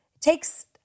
takes